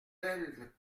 elle